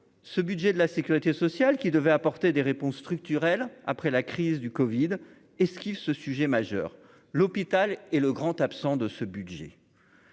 ce budget de la Sécurité sociale qui devait apporter des réponses structurelles après la crise du Covid et ce qu'il ce sujet majeur, l'hôpital est le grand absent de ce budget